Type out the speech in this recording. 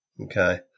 Okay